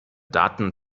daten